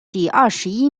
第二十一